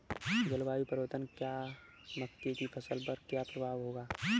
जलवायु परिवर्तन का मक्के की फसल पर क्या प्रभाव होगा?